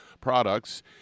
products